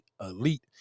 elite